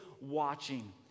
watching